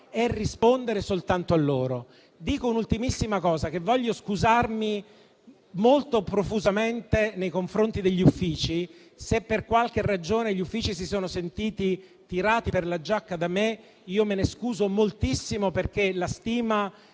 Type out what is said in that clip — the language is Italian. e rispondere soltanto a loro. Dico un'ultimissima cosa. Vorrei scusarmi molto profusamente nei confronti degli Uffici: se per qualche ragione gli Uffici si sono sentiti tirati per la giacca da me, me ne scuso moltissimo, perché la stima